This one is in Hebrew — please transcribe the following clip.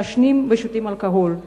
מעשנים ושותים אלכוהול.